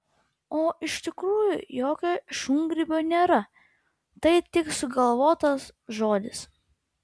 o iš tikrųjų jokio šungrybio nėra tai tik sugalvotas žodis